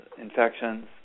infections